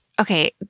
Okay